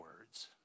words